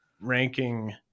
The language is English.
ranking